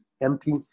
empty